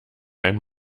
einen